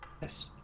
Yes